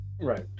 right